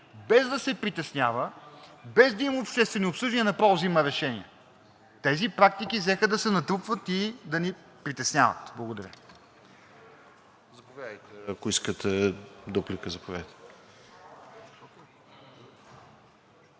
без да се притеснява, без да има обществени обсъждания, направо взима решения? Тези практики взеха да се натрупват и да ни притесняват. Благодаря